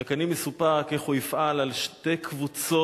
רק אני מסופק איך הוא יפעל על שתי קבוצות